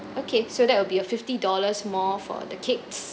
okay so that would be a fifty dollars more for the cakes